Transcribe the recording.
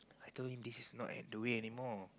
I told him this is not at the way anymore